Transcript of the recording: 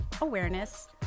awareness